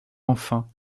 enfin